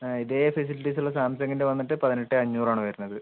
ആ ഇതെ ഫെസിലിറ്റീസ് ഉള്ള സാംസംഗിൻ്റ വന്നിട്ട് പതിനെട്ടെ അഞ്ഞൂറ് ആണ് വരണത്